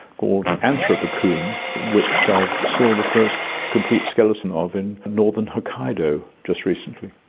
called anthrobacune, which i saw the first complete skeleton of in northern hokkaido just recently.